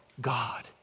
God